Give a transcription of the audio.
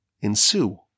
ensue